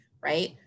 right